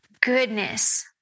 goodness